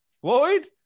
Floyd